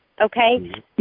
Okay